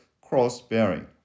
cross-bearing